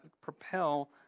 propel